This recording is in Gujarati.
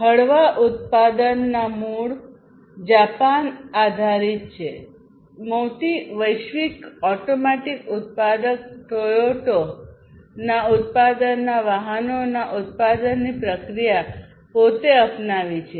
હળવા ઉત્પાદનના મૂળ જાપાન આધારિત છે મોટી વૈશ્વિક ઓટોમેટીક ઉત્પાદક ટોયોટા તે પોતાના વાહનો ના ઉત્પાદનની પ્રક્રિયા પોતે અપનાવી છે